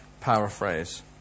paraphrase